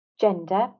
gender